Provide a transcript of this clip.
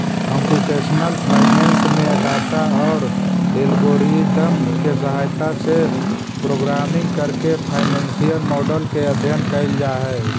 computational finance में data औउर algorithm के सहायता से प्रोग्रामिंग करके फाइनेंसियल मॉडल के अध्ययन कईल जा हई